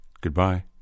Goodbye